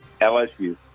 LSU